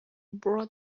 bore